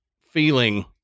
feeling